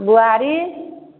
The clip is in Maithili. बुआरी